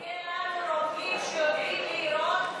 עכשיו יהיו לנו רופאים שיודעים לירות,